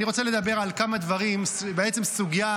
אני רוצה לדבר על כמה דברים, ובעצם סוגיה